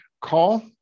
call